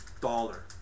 dollar